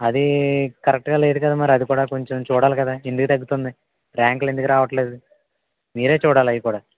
అది కరెక్టుగా లేదు కదా మరి అదికూడా కొంచెం చూడాలి కదా ఎందుకు తగ్గుతుంది ర్యాంకులు ఎందుకు రావటం లేదు మీరే చూడాలి అవి కూడా